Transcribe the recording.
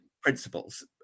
principles